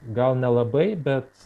gal nelabai bet